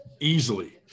easily